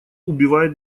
убивает